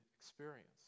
experience